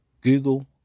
Google